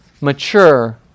mature